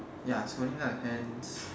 ya he's holding up hands